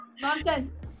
nonsense